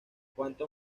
cuanto